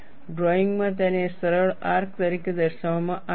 ડ્રોઇંગમાં તેને સરળ આર્ક તરીકે દર્શાવવામાં આવ્યું છે